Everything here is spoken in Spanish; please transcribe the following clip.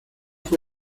fue